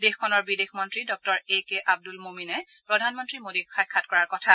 দেশখনৰ বিদেশ মন্ত্ৰী ডঃ এ কে আব্দুল মমেনেও প্ৰধানমন্ত্ৰী মোডীক সাক্ষাৎ কৰাৰ কথা